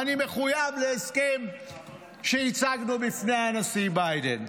אני מחויב להסכם שהצגנו בפני הנשיא ביידן.